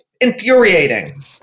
infuriating